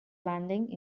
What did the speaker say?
landing